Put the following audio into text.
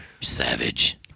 Savage